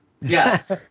Yes